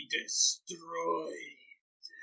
destroyed